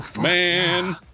man